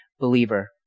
believer